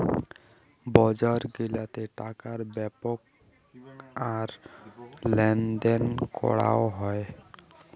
বজার গিলাতে টাকার বেপ্র আর লেনদেন করাং হই